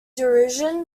derision